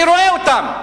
אני רואה אותם.